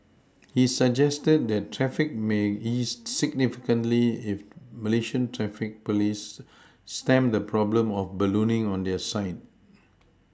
he suggested that traffic may ease significantly if Malaysian traffic police stemmed the problem of ballooning on their side